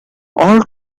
all